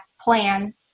plan